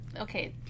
okay